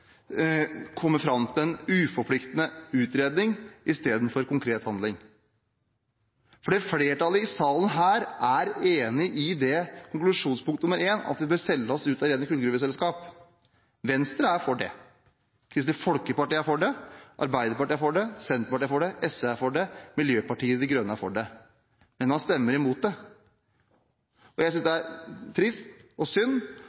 fram til en uforpliktende utredning istedenfor konkret handling. For flertallet i salen her er enig i konklusjonspunkt nr. 1, at vi bør selge oss ut av rene kullgruveselskap. Venstre er for det, Kristelig Folkeparti er for det, Arbeiderpartiet er for det, Senterpartiet er for det, SV er for det, Miljøpartiet De Grønne er for det, men man stemmer imot det. Jeg synes det er trist og synd